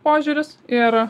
požiūris ir